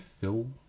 fill